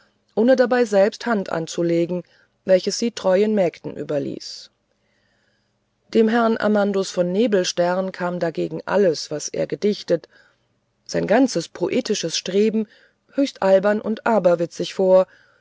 ohne dabei selbst hand anzulegen welches sie treuen mägden überließ dem herrn amandus von nebelstern kam dagegen alles was er gedichtet sein ganzes poetisches streben höchst albern und aberwitzig vor